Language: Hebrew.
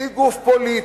כי היא גוף פוליטי,